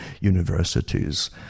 universities